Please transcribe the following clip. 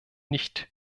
nicht